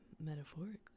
metaphorically